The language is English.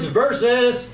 versus